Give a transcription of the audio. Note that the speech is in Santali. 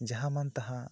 ᱢᱟᱦᱟᱸ ᱢᱟᱱ ᱛᱟᱦᱟᱸ